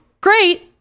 great